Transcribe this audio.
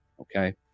Okay